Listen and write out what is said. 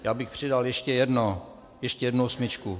Já bych přidal ještě jedno, ještě jednu osmičku.